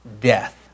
Death